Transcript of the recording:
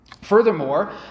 Furthermore